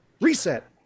Reset